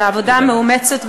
על העבודה המאומצת,